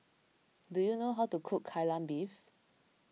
do you know how to cook Kai Lan Beef